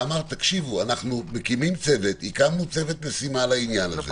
הוא אמר: אנחנו הקמנו צוות משימה לעניין.